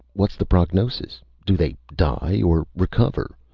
what's the prognosis? do they die or recover?